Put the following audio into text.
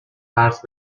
قرض